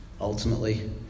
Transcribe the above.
Ultimately